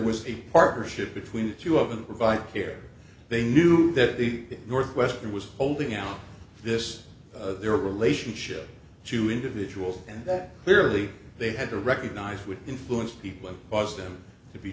was a partnership between the two of them provide care they knew that the northwest was holding out this their relationship to individuals and that clearly they had to recognize which influenced people it was them to be